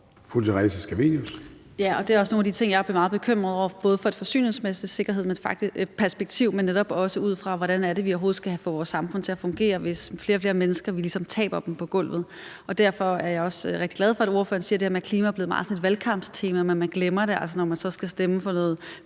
Theresa Scavenius (ALT): Ja, det er også nogle af de ting, jeg er meget bekymret over, både ud fra et forsyningssikkerhedsmæssigt perspektiv og netop også ud fra, hvordan vi overhovedet skal få vores samfund til at fungere, hvis vi ligesom taber flere og flere mennesker på gulvet. Derfor er jeg også rigtig glad for, at ordføreren siger det her med, at klima er blevet meget sådan et valgkampstema, men man glemmer det altså, når man så skal stemme for f.eks.